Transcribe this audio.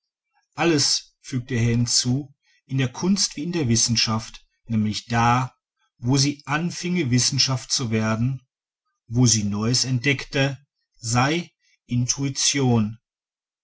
alles fügte er hinzu in der kunst wie in der wissenschaft nämlich da wo sie anfinge wissenschaft zu werden wo sie neues entdeckte sei intuition